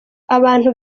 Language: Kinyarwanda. abantu